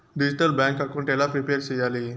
Digital bank account ఎలా prepare సెయ్యాలి?